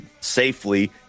safely